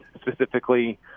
specifically –